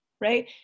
right